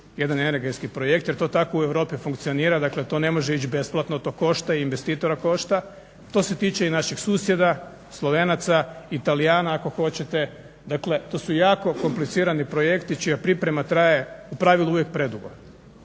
jedan energetski projekt jer tako u Europi funkcionira. Dakle to ne može ići besplatno, to košta, i investitora košta, to se tiče i naših susjeda Slovenaca, i Talijana ako hoćete. Dakle, to su jako komplicirani projekti čija priprema traje u pravilu uvijek predugo.